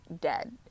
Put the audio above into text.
dead